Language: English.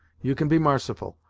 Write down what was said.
you can be marciful.